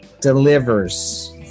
delivers